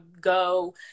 go